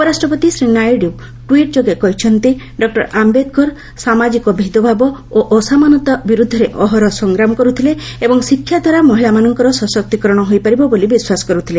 ଉପରାଷ୍ଟ୍ରପତି ଶ୍ରୀ ନାଇଡ଼ୁ ଟ୍ୱିଟ୍ ଯୋଗେ କହିଛନ୍ତି ଡକ୍କର ଆମ୍ଭେଦ୍କର ସାମାଜିକ ଭେଦଭାବ ଓ ଅସମାନତା ବିର୍ଦ୍ଧରେ ଅହରହ ସଂଗ୍ରାମ କର୍ରଥିଲେ ଏବଂ ଶିକ୍ଷାଦ୍ୱାରା ମହିଳାମାନଙ୍କର ସଶକ୍ତିକରଣ ହୋଇପାରିବ ବୋଲି ବିଶ୍ୱାସ କର୍ଥିଲେ